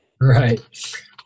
Right